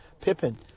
Pippen